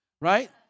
right